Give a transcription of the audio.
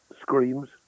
screams